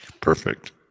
Perfect